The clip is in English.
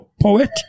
poet